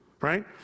right